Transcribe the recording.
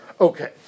Okay